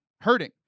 hurting